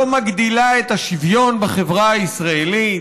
לא מגדילה את השוויון בחברה הישראלית,